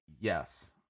Yes